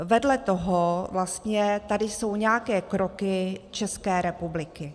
Vedle toho vlastně tady jsou nějaké kroky České republiky.